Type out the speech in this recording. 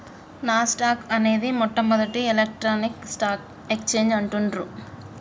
నాస్ dock అనేది మొట్టమొదటి electronic stock exchange అంటుండ్రు